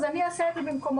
אז אני אעשה את זה במקומו.